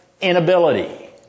inability